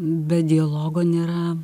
be dialogo nėra